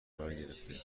برگرفته